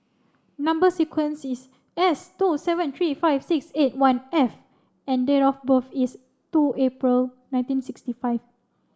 number sequence is S two seven three five six eight one F and date of birth is two April nineteen sixty five